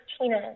Tina